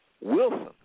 Wilson